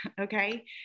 okay